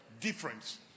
difference